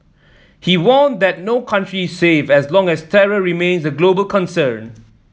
he warned that no country is safe as long as terror remains a global concern